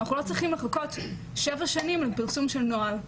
אנחנו לא צריכים לחכות שבע שנים לפרסום של נוהל.